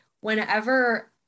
whenever